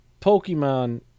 Pokemon